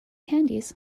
candies